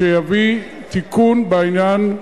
הוא חוק שניסינו לחוקק שנים רבות,